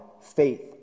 faith